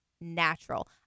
natural